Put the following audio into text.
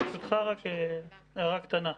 ברשותך, רק הערה קטנה.